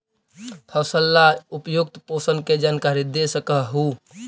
फसल ला उपयुक्त पोषण के जानकारी दे सक हु?